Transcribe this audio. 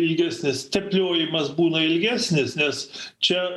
ilgesnis tepliojimas būna ilgesnis nes čia